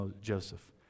Joseph